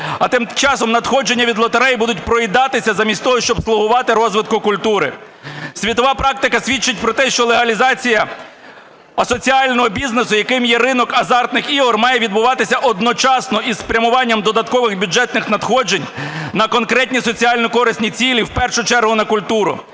А тим часом надходження від лотерей будуть проїдатися замість того, щоб слугувати розвитку культури. Світова практика свідчить про те, що легалізація асоціального бізнесу, яким є ринок азартних ігор, має відбуватися одночасно із спрямуванням додаткових бюджетних надходжень на конкретні соціально-корисні цілі, в першу чергу – на культуру.